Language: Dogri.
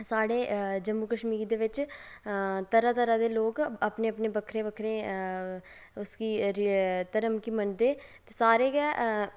साढ़े जम्मू कश्मीर दे बिच्च तरह तरह दे लोक अपनेअपने बक्खरे बक्खरे धर्म गी मनदे ते सारे गै